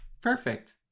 perfect